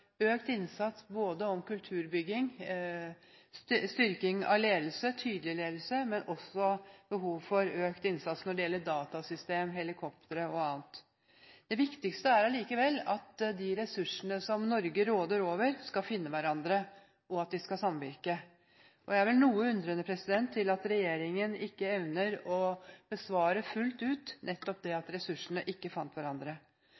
økt innsats, både i forbindelse med kulturbygging, styrking av ledelse – tydelig ledelse – og behov for økt innsats når det gjelder datasystemer, helikoptre og annet. Det viktigeste er allikevel at de ressursene som Norge råder over, skal finne hverandre, og at de skal samvirke. Jeg er vel noe undrende til at regjeringen ikke evner å besvare fullt ut nettopp det at ressursene ikke fant hverandre.